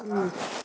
ಹ್ಞೂ